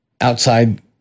outside